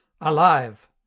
alive